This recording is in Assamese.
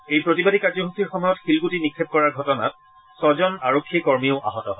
এই প্ৰতিবাদী কাৰ্যসূচীৰ সময়ত শিলণ্ডটি নিক্ষেপ কৰাৰ ঘটনাত ছজন পুলিচ কৰ্মীও আহত হয়